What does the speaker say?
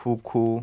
kho kho